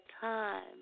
time